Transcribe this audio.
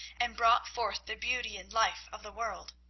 and brought forth the beauty and life of the world.